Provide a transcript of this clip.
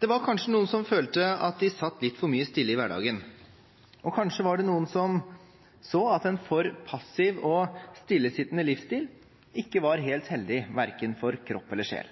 Det var kanskje noen som følte at de satt litt for mye stille i hverdagen, og kanskje var det noen som så at en for passiv og stillesittende livsstil ikke var helt heldig verken for kropp eller sjel.